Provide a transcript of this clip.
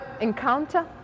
encounter